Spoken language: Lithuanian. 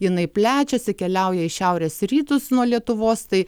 jinai plečiasi keliauja į šiaurės rytus nuo lietuvos tai